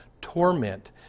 torment